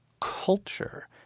culture